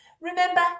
remember